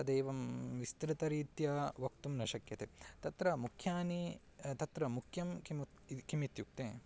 तदेवं विस्तृतरीत्या वक्तुं न शक्यते तत्र मुख्यं तत्र मुख्यं किं उत किम् इत्युक्ते